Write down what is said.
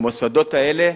במוסדות האלה,